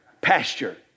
pasture